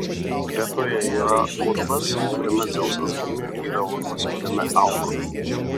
kretoje yra urvas kuriame dzeusas gimė yra urvas kuriame augo